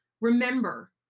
remember